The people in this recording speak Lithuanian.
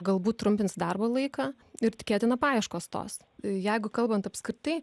galbūt trumpins darbo laiką ir tikėtina paieškos tos jeigu kalbant apskritai